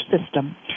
system